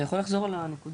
אתה יכול לחזור על הנקודה